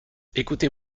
écoutez